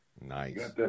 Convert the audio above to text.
Nice